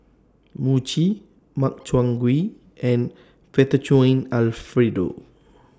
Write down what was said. Mochi Makchang Gui and Fettuccine Alfredo